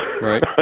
Right